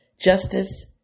Justice